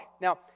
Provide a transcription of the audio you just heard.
Now